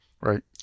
Right